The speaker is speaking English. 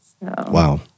Wow